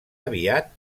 aviat